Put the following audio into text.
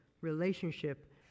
relationship